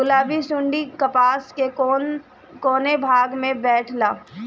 गुलाबी सुंडी कपास के कौने भाग में बैठे ला?